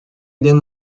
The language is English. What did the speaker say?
then